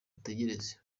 mutegereze